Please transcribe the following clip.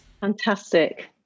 Fantastic